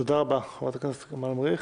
תודה רבה, חברת הכנסת כמאל מריח.